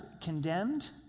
condemned